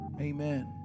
Amen